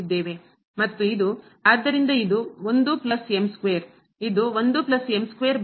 ಮತ್ತು ಇದು ಆದ್ದರಿಂದ ಇದು 1 ಇದು